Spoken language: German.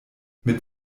mit